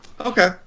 Okay